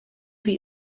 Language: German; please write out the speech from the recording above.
sie